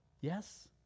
Yes